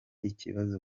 ikibazo